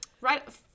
right